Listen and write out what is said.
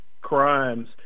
crimes